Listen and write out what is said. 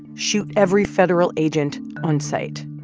shoot every federal agent on site.